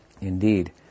Indeed